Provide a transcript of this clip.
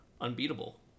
unbeatable